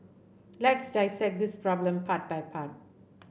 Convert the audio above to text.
let's dissect this problem part by part